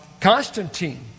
Constantine